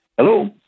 Hello